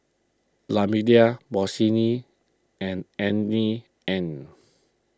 La Bossini and Annie Anne's